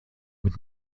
mit